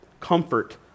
comfort